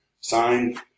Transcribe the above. signed